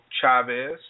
Chavez